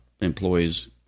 employees